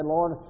Lord